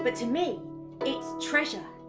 but to me it's treasure.